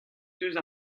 diouzh